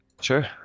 Sure